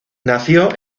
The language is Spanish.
nació